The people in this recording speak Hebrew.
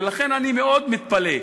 ולכן אני מאוד מתפלא,